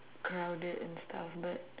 crowded and stuff but